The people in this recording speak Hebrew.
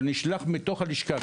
אבל נשלח מוכשרים מתוך הלשכה,